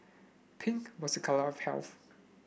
pink was a colour of health